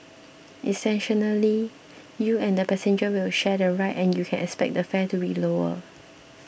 you and that passenger will share the ride and you can expect the fare to be lower